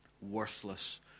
worthless